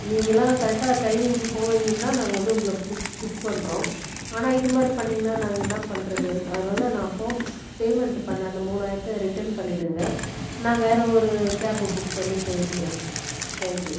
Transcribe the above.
நீங்கெலாம் கரெக்ட்டாக டைமிங்க்கு போவீங்கன்னுதான் நாங்கள் வந்து உங்களை புக் பண்ணுறோம் ஆனால் இது மாதிரி பண்ணீங்கன்னால் நாங்கள் என்ன பண்ணுறது அதனால் நான் போ பேமெண்ட் பண்ண அந்த மூணாயிரத்தை ரிட்டர்ன் பண்ணிவிடுங்க நான் வேறு ஒரு கேபை புக் பண்ணி போயிருக்கிறேன் தேங்க் யூ